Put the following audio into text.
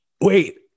wait